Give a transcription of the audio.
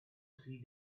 three